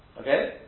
okay